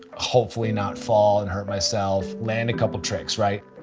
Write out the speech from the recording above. hopefully not fall and hurt myself, land a couple tricks right?